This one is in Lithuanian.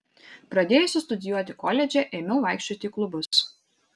pradėjusi studijuoti koledže ėmiau vaikščioti į klubus